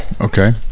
Okay